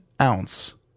ounce